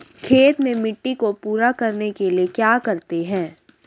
खेत में मिट्टी को पूरा करने के लिए क्या करते हैं?